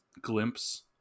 glimpse